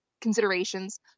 considerations